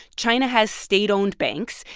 china has state-owned banks,